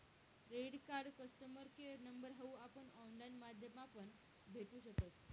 credit card customer care number हाऊ आपण online माध्यमापण भेटू शकस